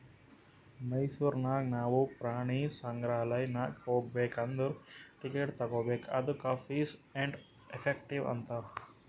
ಮೈಸೂರ್ ನಾಗ್ ನಾವು ಪ್ರಾಣಿ ಸಂಗ್ರಾಲಯ್ ನಾಗ್ ಹೋಗ್ಬೇಕ್ ಅಂದುರ್ ಟಿಕೆಟ್ ತಗೋಬೇಕ್ ಅದ್ದುಕ ಫೀಸ್ ಆ್ಯಂಡ್ ಎಫೆಕ್ಟಿವ್ ಅಂತಾರ್